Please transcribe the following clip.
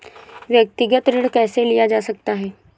व्यक्तिगत ऋण कैसे लिया जा सकता है?